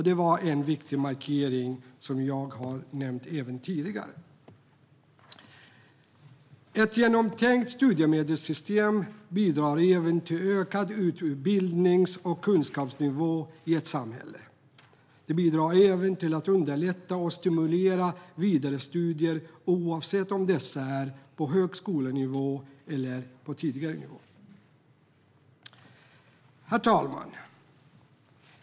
Det var en viktig markering som jag även har nämnt tidigare. Ett genomtänkt studiemedelssystem bidrar till ökad utbildnings och kunskapsnivå i ett samhälle. Det bidrar även till att underlätta och att stimulera till vidare studier oavsett om dessa är på högskolenivå eller på tidigare nivå. Herr talman!